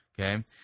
Okay